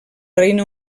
regne